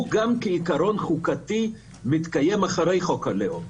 הוא עיקרון חוקתי שגם מתקיים אחרי חוק הלאום.